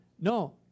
No